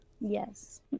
Yes